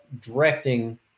directing